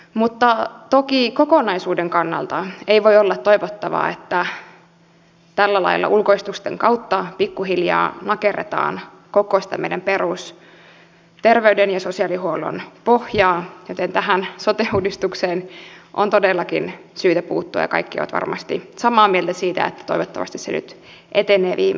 mutta toki kokonaisuuden kannalta ei voi olla toivottavaa että tällä lailla ulkoistusten kautta pikkuhiljaa nakerretaan koko sitä meidän perusterveyden ja sosiaalihuollon pohjaa joten tähän sote uudistukseen on todellakin syytä puuttua ja kaikki ovat varmasti samaa mieltä siitä että toivottavasti se nyt etenee viimein